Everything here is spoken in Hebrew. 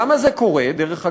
למה זה קורה, דרך אגב?